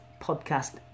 podcast